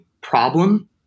problem